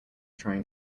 trying